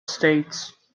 states